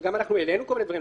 אנחנו העלינו כל מיני דברים,